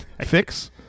Fix